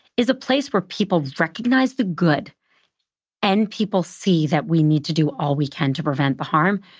is a place where people recognize the good and people see that we need to do all we can to prevent the harm,